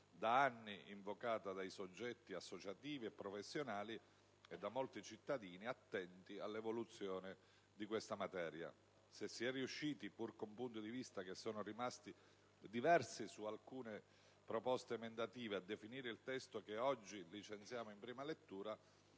da anni invocata da soggetti associativi e professionali e da molti cittadini attenti all'evoluzione di questa materia. Se si è riusciti, pur con punti di vista che sono rimasti diversi su alcune proposte emendative, a definire il testo che oggi licenziamo in prima lettura